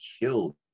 killed